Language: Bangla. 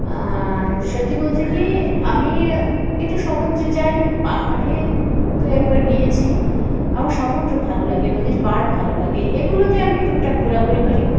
আর সত্যি বলতে কি আমি একটু সমুদ্রে যাই পাহাড়ে দু একবার গিয়েছি আমার সমুদ্র ভালো লাগে নদীর পাড় ভালো লাগে এগুলোতে আমি টুকটাক ঘোরাঘুরি করি